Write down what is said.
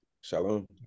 Shalom